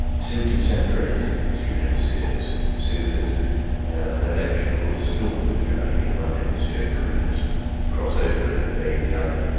simply separating the two hemispheres so that an electrical storm, if you like, in one hemisphere couldn't cross over and invade the other.